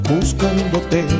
Buscándote